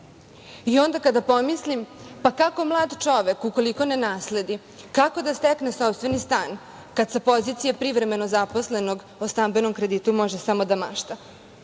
Onda pomislim - kako mlad čovek, ukoliko ne nasledi, kako da stekne sopstveni stan, kad sa pozicije privremeno zaposlenog o stambenom kreditu može samo da mašta?